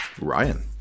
Ryan